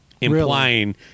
implying